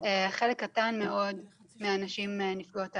הן רק חלק קטן מאוד מהנשים נפגעות האלימות,